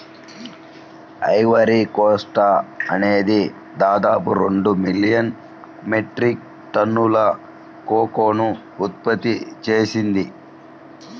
Ivory Coast అనేది దాదాపు రెండు మిలియన్ మెట్రిక్ టన్నుల కోకోను ఉత్పత్తి చేసింది